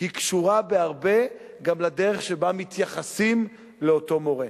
קשורה הרבה גם לדרך שבה מתייחסים לאותו מורה.